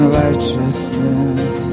righteousness